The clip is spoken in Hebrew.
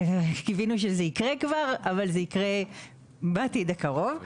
קיווינו שזה יקרה כבר, אבל זה יקרה בעתיד הקרוב.